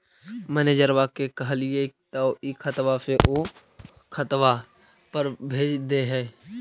मैनेजरवा के कहलिऐ तौ ई खतवा से ऊ खातवा पर भेज देहै?